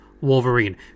Wolverine